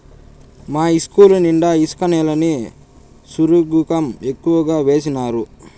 మా ఇస్కూలు నిండా ఇసుక నేలని సరుగుకం ఎక్కువగా వేసినారు